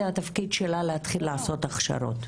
זה התפקיד שלה להתחיל לעשות הכשרות.